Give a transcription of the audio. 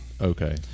Okay